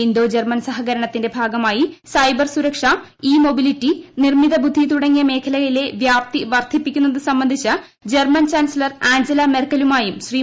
Indo German സഹകരണത്തിന്റെ ഭാഗമായി cyber സുരക്ഷ ഇ മൊബിലിറ്റി നിർമ്മിത ബുദ്ധി തുടങ്ങിയ മേഖലകളിലെ വ്യാപ്തി വർദ്ധിപ്പിക്കുന്നത് സംബന്ധിച്ച് ജർമ്മൻ ചാൻസലർ ആഞ്ജല മെർക്കലുമായും ശ്രീ